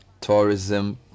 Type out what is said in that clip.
tourism